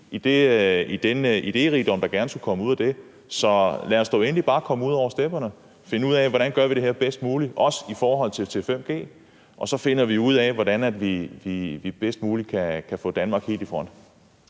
i den idérigdom, der gerne skulle komme ud af det. Så lad os dog endelig bare komme ud over stepperne og finde ud af, hvordan vi gør det her bedst muligt, også i forhold til 5G, og så finder vi ud af, hvordan vi bedst muligt kan få Danmark helt i front.